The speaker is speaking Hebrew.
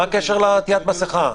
מה הקשר לעטיית מסכה?